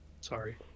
Sorry